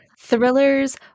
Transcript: thrillers